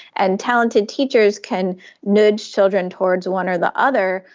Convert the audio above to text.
and talented teachers can nudge children towards one or the other.